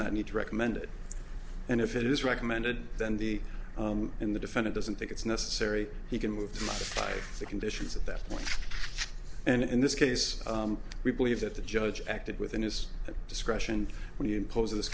not need to recommend it and if it is recommended then the in the defendant doesn't think it's necessary he can move the conditions at that point and in this case we believe that the judge acted within his discretion when you impose